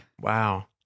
Wow